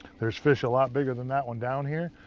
there's fish a lot bigger than that one down here.